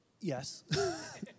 Yes